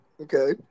Okay